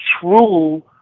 true